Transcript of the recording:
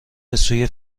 بسوی